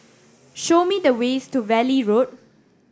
show me the way to Valley Road